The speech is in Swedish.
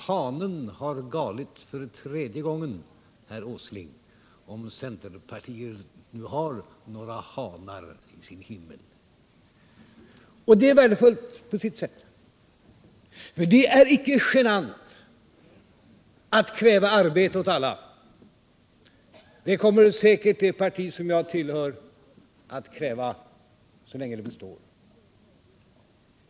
Hanen har galit för tredje gången, herr Åsling — om centerpartiet nu har några hanar i sin himmel. Det är icke genant att kräva arbete åt alla. Det kommer säkert det parti som jag tillhör att kräva så länge det består.